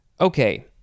Okay